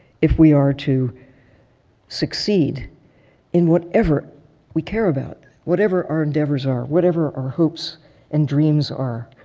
if we are to succeed in whatever we care about, whatever our endeavors are, whatever our hopes and dreams are.